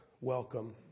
welcome